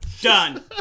Done